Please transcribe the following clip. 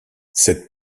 cette